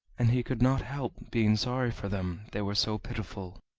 and he could not help being sorry for them, they were so pitiful.